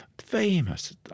Famous